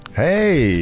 hey